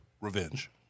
revenge